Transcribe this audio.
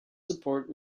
support